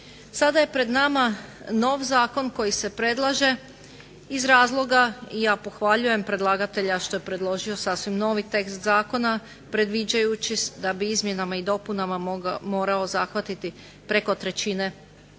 Sada je pred nama nov zakon koji se predlaže iz razloga i ja pohvaljujem predlagatelja što je predložio sasvim novi tekst zakona predviđajući da bi izmjenama i dopunama morao zahvatiti preko trećine